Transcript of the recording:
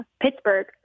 Pittsburgh